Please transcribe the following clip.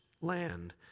land